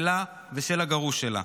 שלה ושל הגרוש שלה.